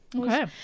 Okay